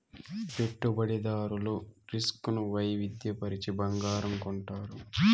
పెట్టుబడిదారులు రిస్క్ ను వైవిధ్య పరచి బంగారం కొంటారు